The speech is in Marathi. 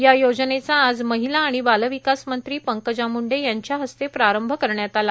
या योजनेचा आज महिला आणि बालविकास मंत्री पंकजा मुंडे यांच्या हस्ते प्रारंभ करण्यात आला